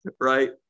right